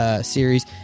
series